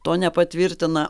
to nepatvirtina